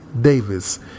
Davis